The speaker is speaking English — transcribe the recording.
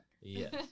Yes